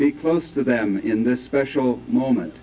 s close to them in this special moment